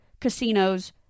casinos